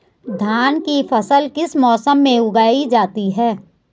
धान की फसल किस मौसम में उगाई जाती है?